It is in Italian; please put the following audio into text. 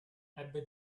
ebbe